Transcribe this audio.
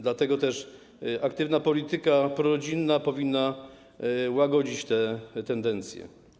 Dlatego aktywna polityka prorodzinna powinna łagodzić te tendencje.